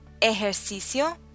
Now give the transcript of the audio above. ejercicio